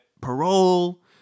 parole